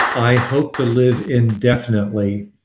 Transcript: i hope to live indefinitely.